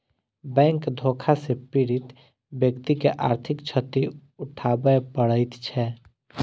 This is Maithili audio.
बैंक धोखा सॅ पीड़ित व्यक्ति के आर्थिक क्षति उठाबय पड़ैत छै